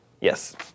Yes